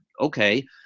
okay